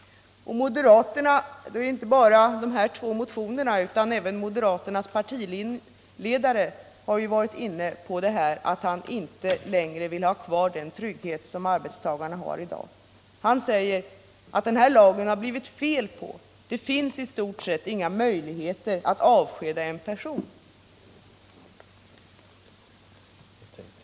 Det gäller nu inte bara dessa två motioner. Även den moderate partiledaren har varit inne på att han inte längre vill ha kvar den trygghet som arbetstagarna i dag har. Han säger att det är fel på denna lag. Det finns i stort sett inga möjligheter att avskeda en person.